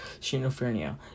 schizophrenia